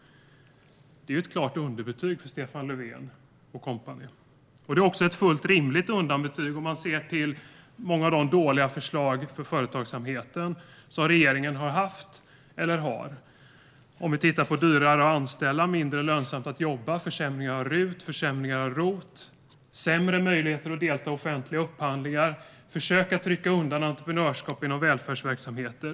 Det är ett klart underbetyg för Stefan Löfven och company. Det är också ett fullt rimligt underbetyg om man ser till många av de dåliga förslag för företagsamheten som regeringen har haft eller har - det är dyrare att anställa, mindre lönsamt att jobba, en försämring av RUT, en försämring av ROT, sämre möjligheter att delta i offentliga upphandlingar och försök att rycka undan entreprenörskap inom välfärdsverksamheter.